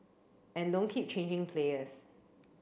and don't keep changing players